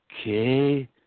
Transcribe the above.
Okay